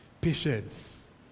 patience